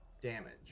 damage